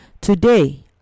Today